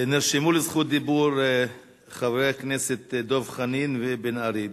נרשמו לזכות דיבור חברי הכנסת דב חנין ובן-ארי.